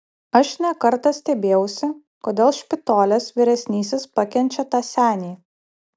aš ne kartą stebėjausi kodėl špitolės vyresnysis pakenčia tą senį